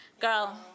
Girl